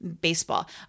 baseball